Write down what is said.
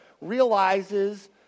realizes